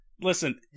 Listen